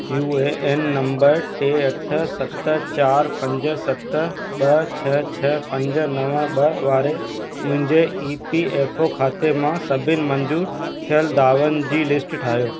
U A N number टे अठ सत चार पंज सत ॿ छह छ्ह पंज नव ॿ वारे मुंहिंजे ई पी एफ ओ खाते मां सभिनी मंज़ूरु थियल दावनि जी लिस्ट ठाहियो